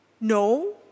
No